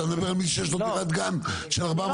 אתה מדבר על מישהו שיש לו דירת גן של 400 מ"ר?